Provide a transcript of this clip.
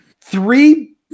three